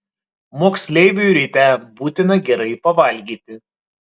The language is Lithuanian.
moksleiviui ryte būtina gerai pavalgyti